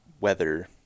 weather